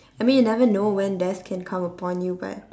I mean you never know when death can come upon you but